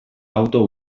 auto